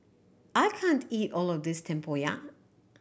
I can't eat all of this tempoyak